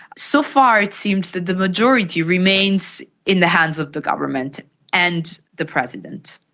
so far it seems that the majority remains in the hands of the government and the president.